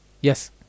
Yes